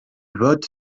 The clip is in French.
vote